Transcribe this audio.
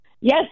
Yes